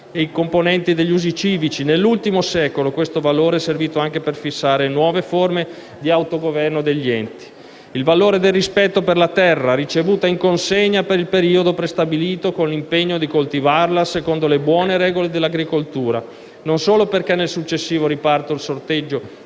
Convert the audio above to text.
e i componenti degli usi civici. Nell'ultimo secolo questo valore è servito anche per fissare nuove forme di autogoverno degli enti. Aggiungo il valore del rispetto per la terra ricevuta in consegna per il periodo prestabilito con l'impegno di coltivarla secondo le buone regole dell'agricoltura, non solo perché nel successivo riparto il sorteggio